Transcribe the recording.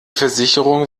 versicherung